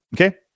Okay